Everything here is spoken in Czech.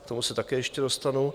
K tomu se také ještě dostanu.